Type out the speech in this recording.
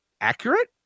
accurate